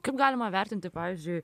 kaip galima vertinti pavyzdžiui